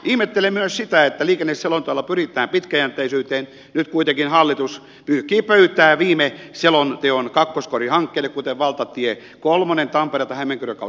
ihmettelen myös sitä että kun liikenneselonteolla pyritään pitkäjänteisyyteen nyt kuitenkin hallitus pyyhkii pöytää viime selonteon kakkoskorihankkeilla kuten valtatie kolmosella tampereelta hämeenkyrön kautta pohjanmaalle